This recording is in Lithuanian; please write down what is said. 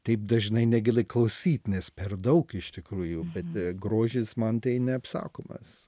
taip dažnai negali klausyt nes per daug iš tikrųjų bet grožis man tai neapsakomas